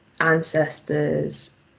ancestors